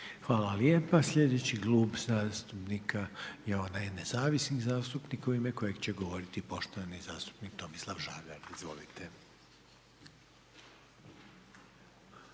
Hvala lijepa. Sljedeći klub zastupnika je onaj HDZ-a u ime kojeg će govoriti poštovana zastupnica kolega Vranješ. Izvolite.